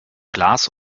glas